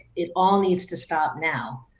it all needs to stop now.